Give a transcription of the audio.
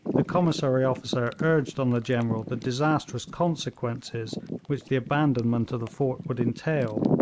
the commissary officer urged on the general the disastrous consequences which the abandonment of the fort would entail,